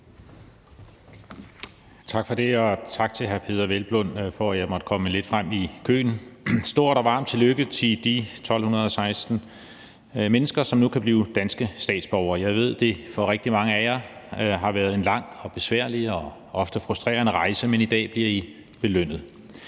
Tak for det, og tak til hr. Peder Hvelplund for, at jeg måtte komme lidt frem i køen. Et stort og varmt tillykke til de 1.216 mennesker, som nu kan blive danske statsborgere, og jeg ved, at det for rigtig mange af jer har været en lang og besværlig og ofte frustrerende rejse, men i dag bliver I belønnet.